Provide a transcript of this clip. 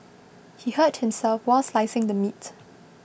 he hurt himself while slicing the meat